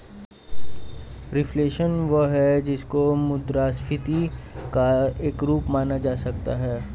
reflation वह है जिसको मुद्रास्फीति का एक रूप माना जा सकता है